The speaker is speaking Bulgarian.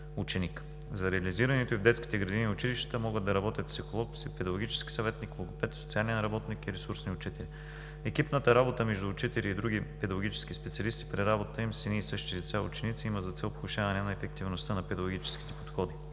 За реализирането й в детските градини и училищата могат да работят психолог, педагогически съветник, логопед, социален работник и ресурсни учители. Екипната работа между учители и други педагогически специалисти при работата им с едни и същи деца и ученици има за цел повишаване на ефективността на педагогическите подходи.